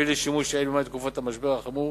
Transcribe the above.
לשימוש יעיל במים בתקופת המשבר החמור,